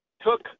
took